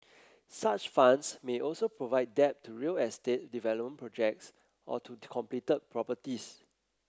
such funds may also provide debt to real estate development projects or to completed properties